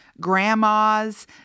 grandmas